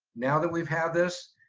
now that we've had this,